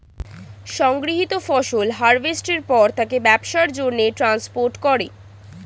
সংগৃহীত ফসল হারভেস্টের পর তাকে ব্যবসার জন্যে ট্রান্সপোর্ট করে